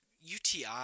UTI